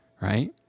right